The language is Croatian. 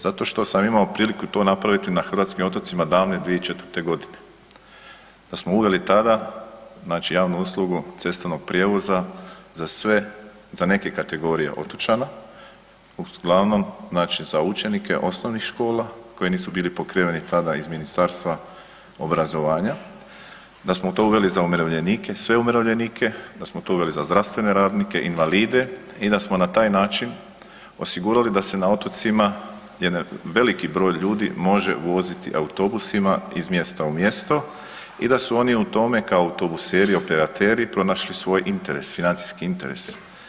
Zato što sam imao priliku to napraviti na hrvatskim otocima davne 2004. g., da smo uveli tada, znači javnu uslugu cestovnog prijevoza za sve, za neke kategorije otočana, uglavnom znači za učenike osnovnih škola, koji nisu bili pokriveni tada iz Ministarstva obrazovanja, da smo to uveli za umirovljenike, sve umirovljenike, da smo to uveli za zdravstvene radnike, invalide i da smo na taj način osigurali da se na otocima jedan veliki broj ljudi može voziti autobusima iz mjesta u mjesto i da su oni u tome kao autobuseri, operateri, pronašli svoj interes, financijski interes.